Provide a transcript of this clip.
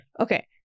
Okay